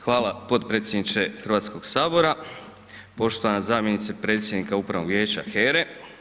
Hvala potpredsjedniče Hrvatskog sabora, poštovana zamjenice predsjednika Upravnog vijeće HERA-e.